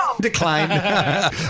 decline